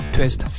Twist